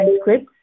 scripts